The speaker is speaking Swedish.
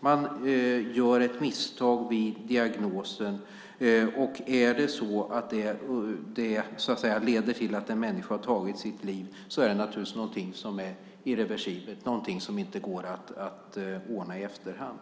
Man begår ett misstag vid diagnosen. Är det så att det leder till att en människa tar sitt liv är det naturligtvis irreversibelt, någonting som inte går att ordna i efterhand.